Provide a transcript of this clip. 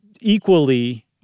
equally